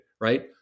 Right